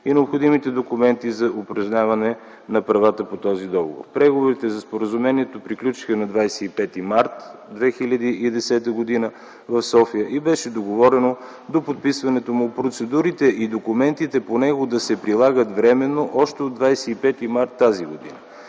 и необходимите документи за упражняване на правата по този договор. Преговорите за споразумението приключиха на 25 март 2010 г. в София и беше договорено до подписването му процедурите и документите по него да се прилагат временно още от 25 март т.г. Това